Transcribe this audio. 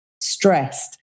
stressed